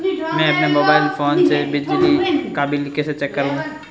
मैं अपने mobile phone से बिजली का बिल कैसे चेक करूं?